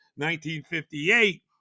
1958